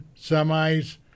semis